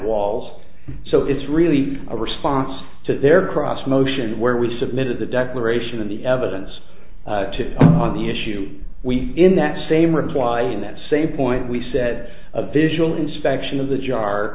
walls so it's really a response to their cross motion where we submitted the declaration of the evidence to on the issue we in that same reply in that same point we said a visual inspection of the jar